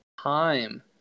time